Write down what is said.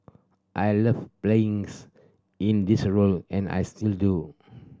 I love playing's in this role and I still do